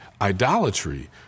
idolatry